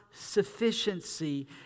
sufficiency